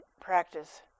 practice